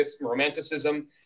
romanticism